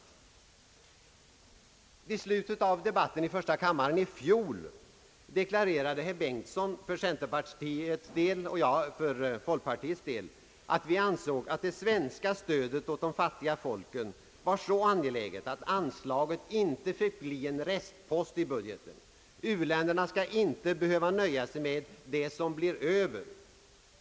Vid slutet av debatten om u-hjälpen här i kammaren förra året deklarerade herr Bengtson för centerpartiets del och jag för folkpartiets, att vi ansåg det svenska stödet åt de fattiga folken vara så angeläget att anslaget till detta inte fick bli en restpost i budgeten. U-länderna skall inte behöva nöja sig med det som blir över.